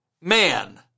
man